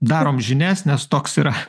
darom žinias nes toks yra